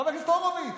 חבר הכנסת הורוביץ.